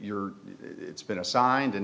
your it's been assigned and